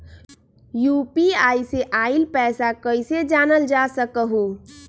UPI से आईल पैसा कईसे जानल जा सकहु?